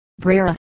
Brera